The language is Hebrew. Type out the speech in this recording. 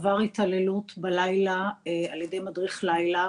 עבר התעללות בלילה על ידי מדריך לילה,